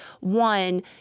One